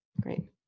great